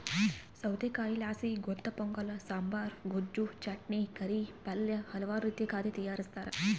ಸೌತೆಕಾಯಿಲಾಸಿ ಗುಂತಪೊಂಗಲ ಸಾಂಬಾರ್, ಗೊಜ್ಜು, ಚಟ್ನಿ, ಕರಿ, ಪಲ್ಯ ಹಲವಾರು ರೀತಿಯ ಖಾದ್ಯ ತಯಾರಿಸ್ತಾರ